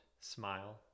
smile